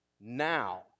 now